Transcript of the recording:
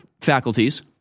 faculties